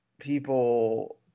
people